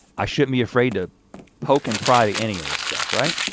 i shouldn't be afraid to poke and pry any of this stuff, right?